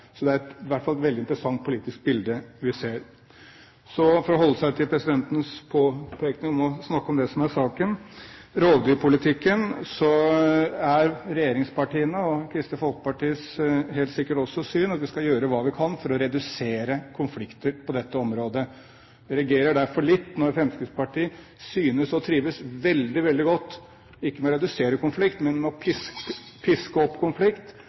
Så det er i hvert fall et veldig interessant politisk bilde vi ser. For å holde seg til presidentens påpeking om å snakke om det som er saken: I rovdyrpolitikken er regjeringspartienes og helt sikkert også Kristelig Folkepartis syn at vi skal gjøre hva vi kan for å redusere konflikter på dette området. Jeg reagerer derfor litt når Fremskrittspartiet synes å trives veldig, veldig godt ikke med å redusere konflikt, men med å piske opp til konflikt,